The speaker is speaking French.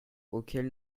auquel